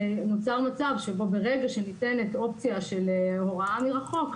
שנוצר מצב שברגע שניתן את האופציה של הוראה מרחוק,